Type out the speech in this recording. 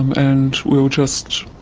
and we were just